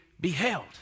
beheld